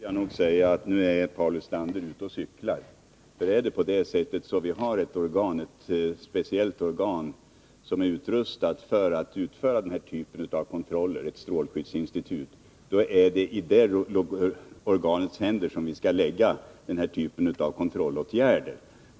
Herr talman! Nu måste jag säga att Paul Lestander är ute och cyklar. Har vi ett speciellt organ som är utrustat för att utföra den här typen av kontroll — ett strålskyddsinstitut — är det i det organets händer som vi skall lägga den här typen av kontrollåtgärder.